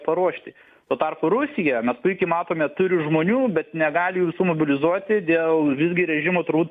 paruošti tuo tarpu rusija mes puikiai matome turi žmonių bet negali jūsų mobilizuoti dėl visgi režimo turbūt